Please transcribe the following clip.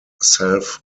self